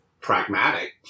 pragmatic